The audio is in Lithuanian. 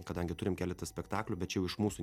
kadangi turim keletą spektaklių bet čia jau iš mūsų